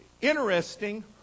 Interesting